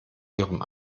ihrem